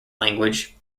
language